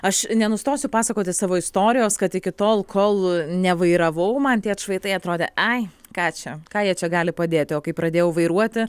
aš nenustosiu pasakoti savo istorijos kad iki tol kol nevairavau man tie atšvaitai atrodė ai ką čia ką jie čia gali padėti o kai pradėjau vairuoti